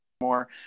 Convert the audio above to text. more